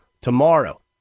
tomorrow